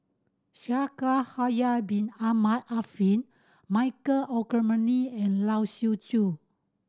Shaikh Yahya Bin Ahmed Afifi Michael Olcomendy and Lai Siu Chiu